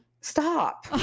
stop